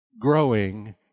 growing